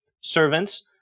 servants